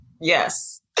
Yes